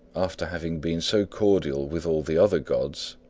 after having been so cordial with all the other gods,